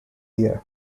year